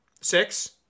Six